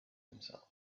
himself